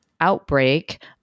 outbreak